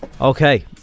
Okay